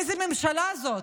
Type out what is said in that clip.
איזו ממשלה זאת?